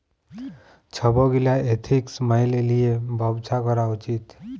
ছব গীলা এথিক্স ম্যাইলে লিঁয়ে ব্যবছা ক্যরা উচিত